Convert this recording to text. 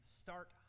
Start